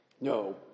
No